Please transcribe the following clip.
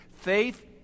Faith